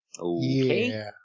Okay